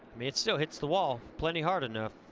hits so hits the wall plenty hard enough.